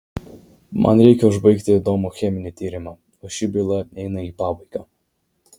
man reikia užbaigti įdomų cheminį tyrimą o ši byla eina į pabaigą